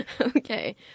Okay